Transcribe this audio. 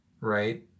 right